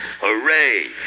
Hooray